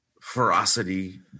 ferocity